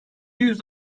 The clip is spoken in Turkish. yüz